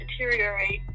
deteriorate